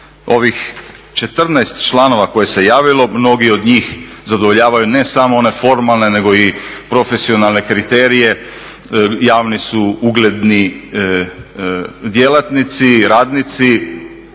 Ovih 14 članova koje se javilo, mnogi od njih zadovoljavaju ne samo one formalne nego i profesionalne kriterije. Javni su ugledni djelatnici, radnici